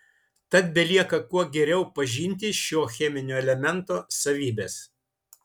tad belieka kuo geriau pažinti šio cheminio elemento savybes